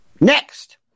next